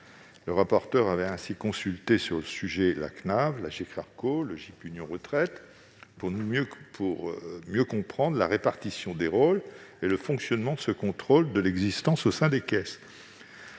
Le rapporteur avait consulté sur ce sujet la CNAV, l'Agirc-Arrco, le GIP Union Retraite pour mieux comprendre la répartition des rôles et le fonctionnement de ce contrôle de l'existence au sein des caisses.